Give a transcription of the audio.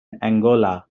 angola